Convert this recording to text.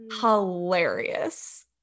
hilarious